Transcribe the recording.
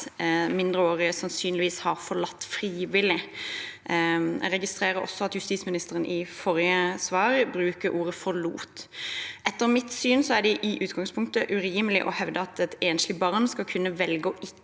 mindreårige sannsynligvis har forlatt frivillig. Jeg registrerer også at justisministeren i forrige svar brukte ordet «forlot». Etter mitt syn er det i utgangspunktet urimelig å hevde at et enslig barn skal kunne velge å ikke